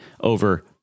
over